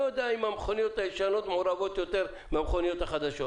יודע אם המכוניות הישנות מעורבות יותר מהמכוניות החדשות.